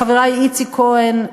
חברי איציק כהן,